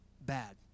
bad